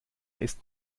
ist